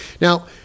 Now